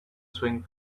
swing